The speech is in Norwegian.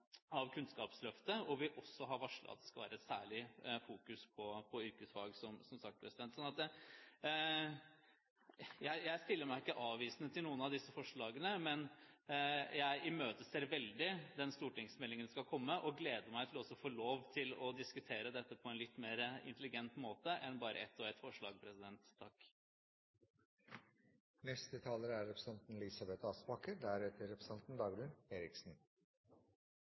Kunnskapsløftet, der man har varslet at det skal være særlig fokus på yrkesfag. Jeg stiller meg ikke avvisende til noen av disse forslagene, men jeg imøteser den stortingsmeldingen som skal komme. Jeg gleder meg til å få lov til å diskutere dette på en litt mer intelligent måte enn med bare ett og ett forslag. Forslagsstillerne fra Fremskrittspartiet tar opp sentrale problemstillinger vedrørende yrkesfagopplæringen. Spørsmålet er